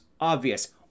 obvious